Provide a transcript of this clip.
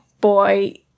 boy